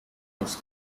los